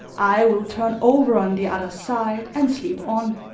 i will turn over on the other side and sleep on.